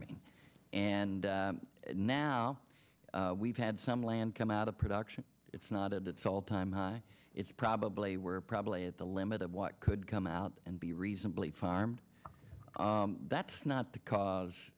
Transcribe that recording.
g and now we've had some land come out of production it's not at its all time high it's probably we're probably at the limit of what could come out and be reasonably farmed that's not the cause